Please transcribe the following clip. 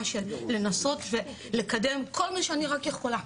של לנסות ולקדם כל מי שאני רק יכולה.